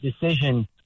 decision